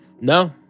No